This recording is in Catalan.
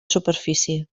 superfície